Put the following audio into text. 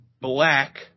Black